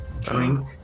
drink